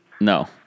no